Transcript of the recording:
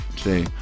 today